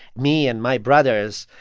me and my brothers,